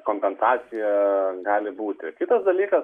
kompensacija gali būti kitas dalykas